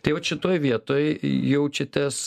tai vat šitoj vietoj jaučiatės